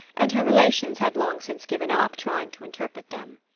and her relations had long since given up trying to interpret them.